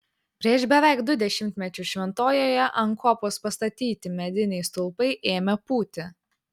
prieš beveik du dešimtmečius šventojoje ant kopos pastatyti mediniai stulpai ėmė pūti